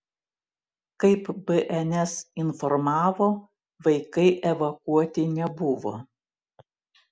kaip bns informavo vaikai evakuoti nebuvo